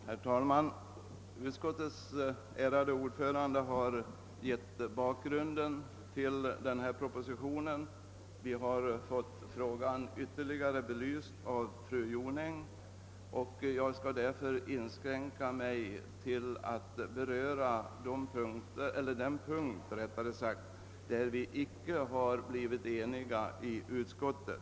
Herr talman! Utskottets ärade ordförande har tecknat bakgrunden till denna proposition, vi har fått frågan ytterligare belyst av fru Jonäng, och jag skall därför inskränka mig till att beröra den punkt om vilken vi icke blev ense i utskottet.